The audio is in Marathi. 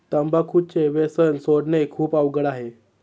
तंबाखूचे व्यसन सोडणे खूप अवघड आहे